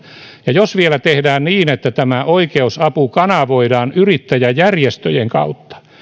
ja jos vielä tehdään niin että tämä oikeusapu kanavoidaan yrittäjäjärjestöjen kautta